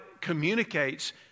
communicates